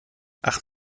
ach